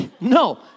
No